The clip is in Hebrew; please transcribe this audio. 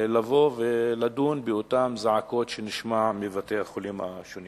לבוא ולדון באותן זעקות שנשמעות מבתי-החולים השונים.